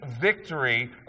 victory